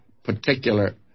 particular